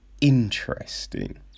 interesting